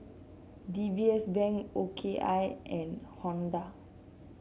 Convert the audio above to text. D B S Bank O K I and Honda